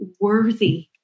worthy